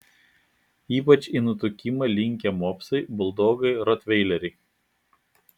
ypač į nutukimą linkę mopsai buldogai rotveileriai